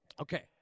Okay